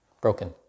broken